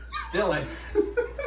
Dylan